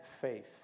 Faith